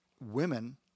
women